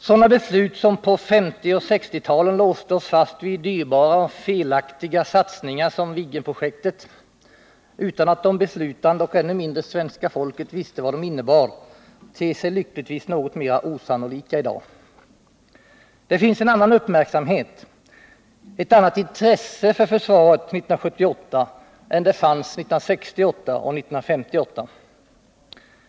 Sådana beslut som på 1950 och 1960-talen låste oss fast vid dyrbara och felaktiga satsningar som Viggenprojektet utan att de beslutande och ännu mindre svenska folket visste vad de innebar ter sig lyckligtvis något mera osannolika i dag. Det finns en annan uppmärksamhet, ett annat intresse för försvaret år 1978 än det fanns 1968 och 1958.